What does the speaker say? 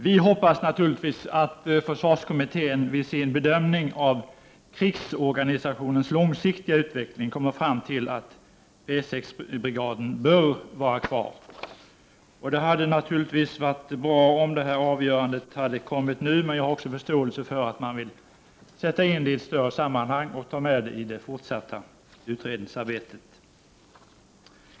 Vi hoppas naturligtvis att försvarskommittén vid sin bedömning av krigsorganisationens långsiktiga utveckling kommer fram till att P 6-brigaden bör vara kvar. Det hade varit bra om detta avgörande hade kommit nu, men jag har förståelse för att man vill sätta in det i ett större sammanhang och ta med frågan i det fortsatta utredningsarbetet.